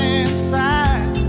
inside